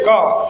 God